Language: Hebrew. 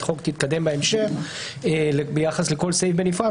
החוק תתקדם בהמשך ביחס לכל סעיף בנפרד.